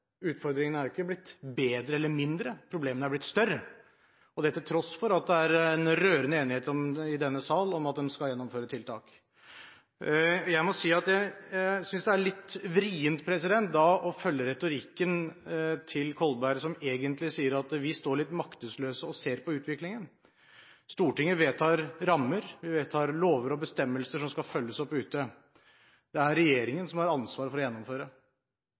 Utfordringen med denne riksrevisjonsrapporten, som er grundig og god, som de pleier å være fra Riksrevisjonen, er at problemet er blitt større. Utfordringene har ikke blitt lettere eller mindre. Problemene har blitt større, og det til tross for at det er en rørende enighet i denne sal om at en skal gjennomføre tiltak. Jeg synes det er litt vrient da å følge retorikken til Kolberg, som egentlig sier at vi står litt maktesløse og ser på utviklingen. Stortinget vedtar rammer, vi vedtar lover og bestemmelser som skal følges opp ute. Det er regjeringen som